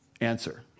Answer